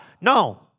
No